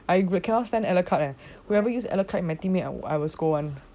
I cannot stand alucard eh whoever use alucard as my teammate I will scold [one]